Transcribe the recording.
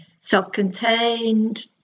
self-contained